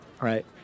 right